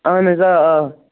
اَہَن حظ آ آ